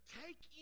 take